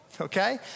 okay